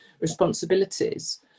responsibilities